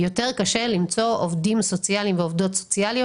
יותר קשה למצוא עובדים סוציאליים ועובדות סוציאליות